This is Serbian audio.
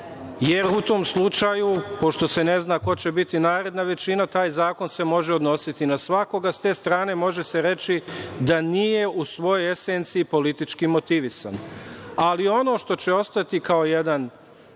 jer u tom slučaju, pošto se ne zna ko će biti naredna većina, taj zakon se može odnositi na svakoga. S te strane može se reći da nije u svojoj esenciji politički motivisan. Ali ono što će ostati kao jedan